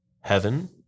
Heaven